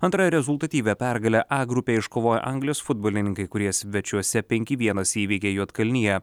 antra rezultatyvia pergale a grupėj iškovojo anglijos futbolininkai kurie svečiuose penki vienas įveikė juodkalniją